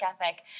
ethic